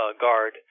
guard